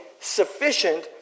sufficient